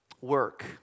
work